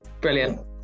Brilliant